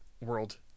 world